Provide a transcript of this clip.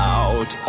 out